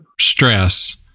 stress